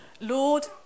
Lord